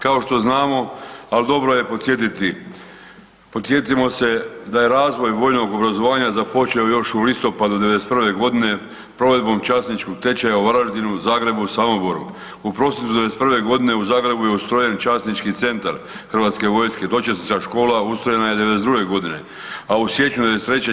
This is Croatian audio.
Kao što znamo, ali dobro je podsjetiti podsjetimo se da je razvoj vojnog obrazovanja započeo još u listopadu '91.g. provedbom časničkog tečaja u Varaždinu, Zagrebu, Samoboru u prosincu '91.g. u Zagrebu je ustrojen Časnički centar hrvatske vojske dočasnička škola ustrojena je '92.g., a u siječnju '93.